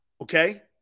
okay